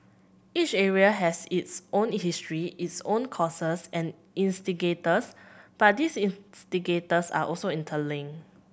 each area has its own history its own causes and instigators but these instigators are also interlink